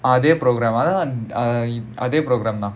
அதே:athae programme uh அதே:athae program தான்:thaan